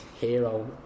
hero